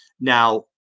Now